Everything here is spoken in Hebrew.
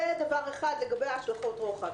זה לגבי השלכות הרוחב,